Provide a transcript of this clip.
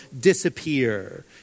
disappear